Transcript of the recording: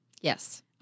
Yes